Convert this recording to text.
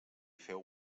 féu